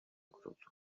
kuruldu